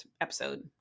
episode